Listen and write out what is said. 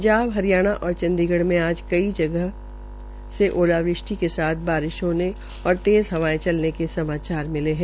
पंधाब हरियाणा और चंडीगढ़ में आध कई ध्य गह से ओलावृष्टि के साथ बारिश होने और तेज़ हवायें चलने के समाचार मिले है